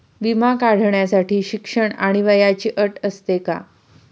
विमा काढण्यासाठी शिक्षण आणि वयाची अट असते का?